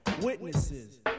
witnesses